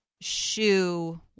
shoe